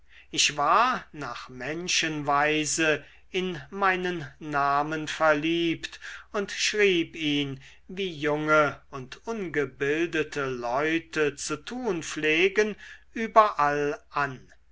ich war nach menschenweise in meinen namen verliebt und schrieb ihn wie junge und ungebildete leute zu tun pflegen überall an